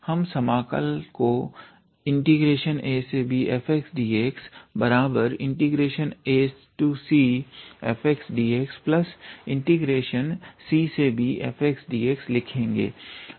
हम समाकल को abfxdxacfxdxcbfxdx लिखेंगे